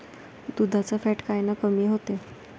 दुधाचं फॅट कायनं कमी होते?